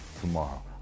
tomorrow